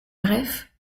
greff